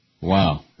Wow